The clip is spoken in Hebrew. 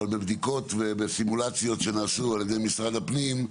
אבל בבדיקות וסימולציות שנעשו על ידי משרד הפנים,